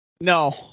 No